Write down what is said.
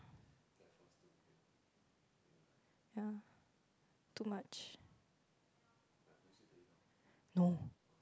ya too much no